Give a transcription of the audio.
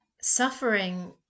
suffering